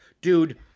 dude